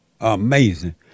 Amazing